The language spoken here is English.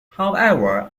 however